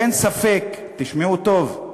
אין ספק, תשמעו טוב,